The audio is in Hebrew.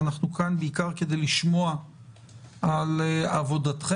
אנחנו כאן בעיקר כדי לשמוע על עבודתכם